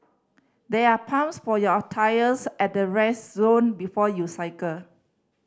there are pumps for your tyres at the rest zone before you cycle